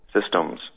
systems